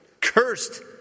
Cursed